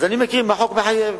אז אני מכיר אם החוק מחייב.